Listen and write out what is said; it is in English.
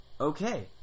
okay